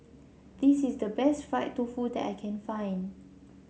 this is the best Fried Tofu that I can find